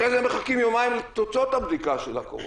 אחרי זה מחכים יומיים לתוצאות הבדיקה של הקורונה.